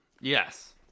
Yes